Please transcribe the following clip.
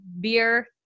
beer